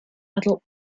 adult